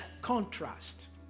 contrast